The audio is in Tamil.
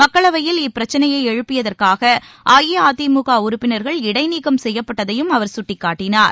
மக்களவையில் இப்பிரச்னையை எழுப்பியதற்காக அஇஅதிமுக உறுப்பினர்கள் இடைநீக்கம் செய்யப்பட்டதையும் அவர் சுட்டிக்காட்டினார்